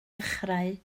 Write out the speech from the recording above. dechrau